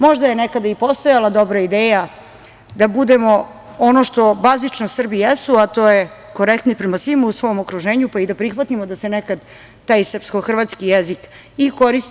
Možda je nekada i postojala dobra ideja da budemo ono što bazično Srbi jesu, a to je korektni prema svima u svom okruženju, pa i da prihvatimo da se nekad taj srpsko-hrvatski jezik i koristi.